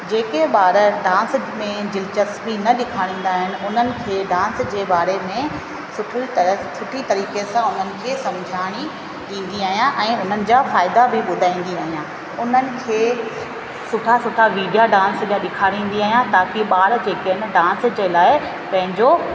जेके ॿार डांस में दिलचस्पी न ॾेखारींदा आहिनि उन्हनि खे डांस जे बारे में सुठे तरह सुठी तरीक़े सां उन्हनि खे सम्झाई ॾींदी आहियां ऐं उन्हनि जा फ़ाइदा बि ॿुधाईंदी आहियां उन्हनि खे सुठा सुठा वीडिया डांस जा ॾेखारींदी आहियां ताकी ॿार जेके आहिनि डांस जे लाइ पंहिंजो